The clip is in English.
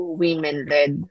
women-led